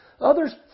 Others